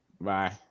Bye